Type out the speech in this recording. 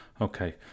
Okay